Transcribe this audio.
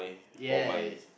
yes